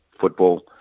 football